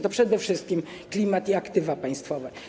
To przede wszystkim klimat i aktywa państwowe.